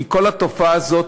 כי כל התופעה הזאת,